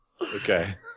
Okay